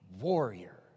warrior